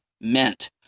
meant